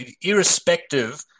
irrespective